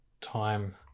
time